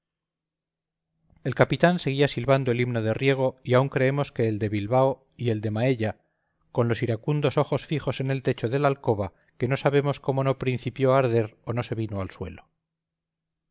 el capitán seguía silbando el himno de riego y aun creemos que el de bilbao y el de maella con los iracundos ojos fijos en el techo de la alcoba que no sabemos como no principió a arder o no se vino al suelo